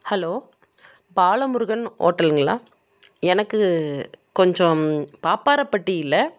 hello Balamurugan ஹோட்டலுங்களா எனக்கு கொஞ்சம் பாப்பாரப்பட்டியில்